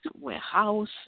warehouse